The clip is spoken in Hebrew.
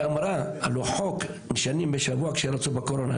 אמרה הלא חוק משנים בשבוע כשרצו בקורונה,